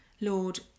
Lord